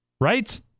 Right